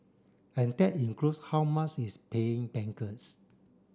and that includes how much it's paying bankers